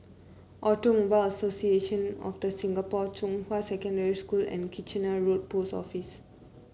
Automobile Association of The Singapore Zhonghua Secondary School and Kitchener Road Post Office